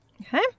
Okay